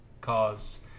cause